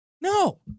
no